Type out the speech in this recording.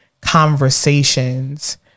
conversations